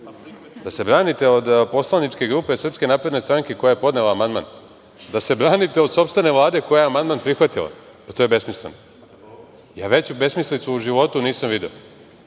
Da se branite od poslaničke grupe SNS koja je podnela amandman? Da se branite od sopstvene Vlade koja je amandman prihvatila? Pa to je besmisleno. Ja veću besmislicu u životu nisam video. Pa